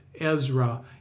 Ezra